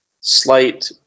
slight